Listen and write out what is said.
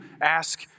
ask